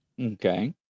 Okay